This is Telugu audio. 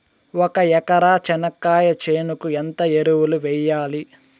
ఒక ఎకరా చెనక్కాయ చేనుకు ఎంత ఎరువులు వెయ్యాలి?